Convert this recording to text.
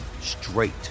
straight